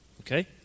Okay